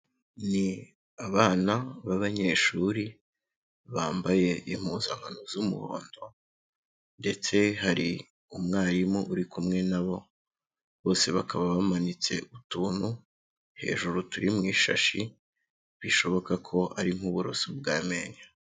Ni abana b'abanyeshuri, bambaye impuzankano z'umuhondo, ndetse hari umwarimu uri kumwe na bo, bose bakaba bamanitse utuntu, hejuru turi mu ishashi, bishoboka ko ari nk'uburoso bw'amenyo.